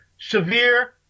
severe